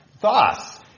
Thus